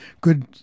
Good